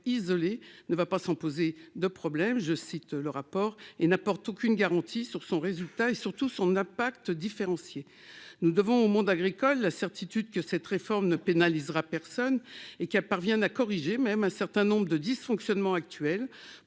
isolé ne va pas sans poser de problèmes, comme indiqué dans le rapport de l'Igas, et n'apporte aucune garantie sur son résultat ni sur son impact différencié. Nous devons au monde agricole la certitude que cette réforme ne pénalisera personne et qu'elle permettra de corriger un certain nombre de dysfonctionnements. Je